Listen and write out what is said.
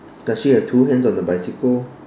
does she have two hands on the bicycle